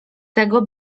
tego